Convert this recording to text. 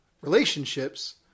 Relationships